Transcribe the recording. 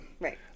Right